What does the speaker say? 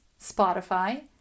Spotify